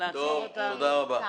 תודה רבה.